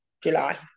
July